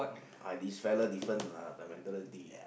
uh this fellow different lah the mentality